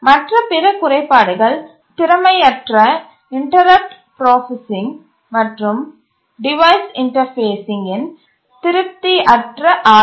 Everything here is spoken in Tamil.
மற்ற பிற குறைபாடுகள் திறமையற்ற இன்டரப்ட்டு ப்ராசசிங் மற்றும் டிவைஸ் இன்டர்பேஸிங்கின் திருப்தியற்ற ஆதரவு